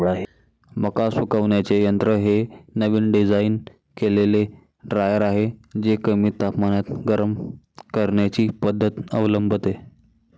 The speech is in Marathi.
मका सुकवण्याचे यंत्र हे नवीन डिझाइन केलेले ड्रायर आहे जे कमी तापमानात गरम करण्याची पद्धत अवलंबते